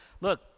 look